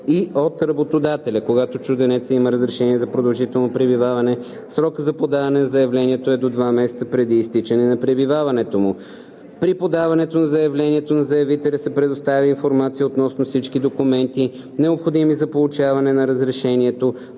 и от работодателя. Когато чужденецът има разрешение за продължително пребиваване, срокът за подаване на заявлението е до два месеца преди изтичане на пребиваването му. При подаването на заявлението на заявителя се предоставя информация относно всички документи, необходими за получаване на разрешението,